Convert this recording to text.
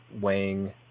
weighing